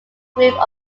group